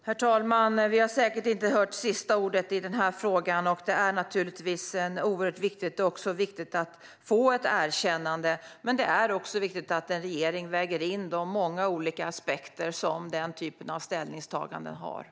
Herr talman! Vi har säkert inte hört sista ordet i den här frågan. Den är naturligtvis oerhört viktig, och det är viktigt att få ett erkännande. Men det är också viktigt att en regering väger in de många olika aspekter som den typen av ställningstaganden innebär.